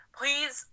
please